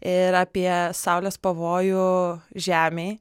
ir apie saulės pavojų žemei